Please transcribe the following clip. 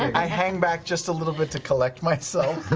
i hang back just a little bit to collect myself.